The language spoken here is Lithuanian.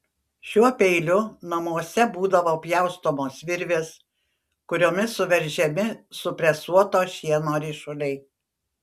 šiuo peiliu namuose būdavo pjaustomos virvės kuriomis suveržiami supresuoto šieno ryšuliai